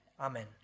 Amen